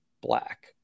black